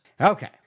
Okay